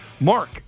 Mark